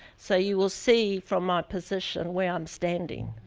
so you will see from my position where i'm standing.